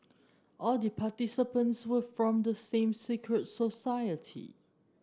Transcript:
all the participants were from the same secret society